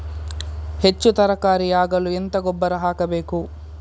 ಹೆಚ್ಚು ತರಕಾರಿ ಆಗಲು ಎಂತ ಗೊಬ್ಬರ ಹಾಕಬೇಕು?